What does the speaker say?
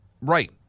Right